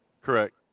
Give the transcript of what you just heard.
Correct